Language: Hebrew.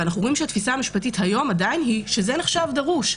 אנחנו רואים שהתפיסה המשפטית היום היא עדיין שזה נחשב דרוש.